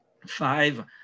five